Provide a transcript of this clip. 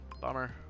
Bummer